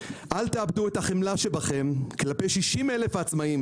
אל תאבדו את החמלה שבכם כלפי 60,000 העצמאים